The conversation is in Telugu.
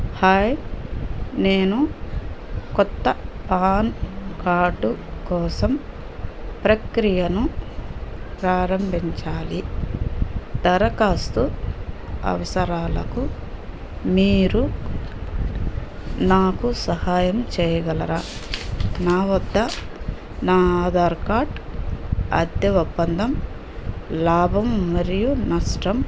హాయ్ నేను కొత్త పాన్ కార్డు కోసం ప్రక్రియను ప్రారంభించాలి దరఖాస్తు అవసరాలకు మీరు నాకు సహాయం చేయగలరా నా వద్ద నా ఆధార్ కార్డ్ అద్దె ఒప్పందం లాభం మరియు నష్టం